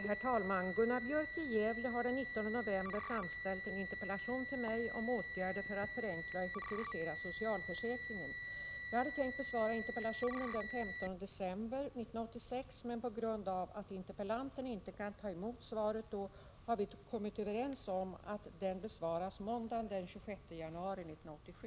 Herr talman! Gunnar Björk i Gävle har den 19 november framställt en interpellation till mig om åtgärder för att förenkla och effektivisera socialförsäkringen. Jag hade tänkt besvara interpellationen den 15 december 1986, men på grund av att interpellanten inte kan ta emot svaret då har vi kommit överens om att den besvaras måndagen den 26 januari 1987.